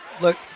look